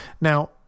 Now